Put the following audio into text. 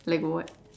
like what